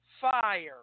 Fire